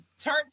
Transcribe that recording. Turn